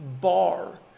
Bar